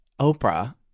Oprah